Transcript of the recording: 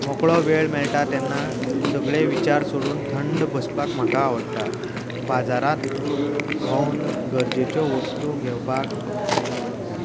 मोकळो वेळ मेळटा तेन्ना सगळें विचार सोडून थंड बसपाक म्हाका आवडटा बाजारांत भोवन गरजेच्यो वस्तू घेवपाक आवडटा